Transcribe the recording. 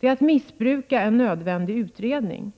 Det är att missbruka en nödvändig utredning.